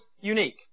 unique